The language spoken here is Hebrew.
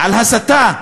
על הסתה.